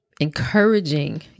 encouraging